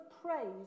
praise